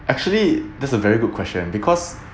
actually that's a very good question because